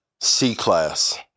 C-class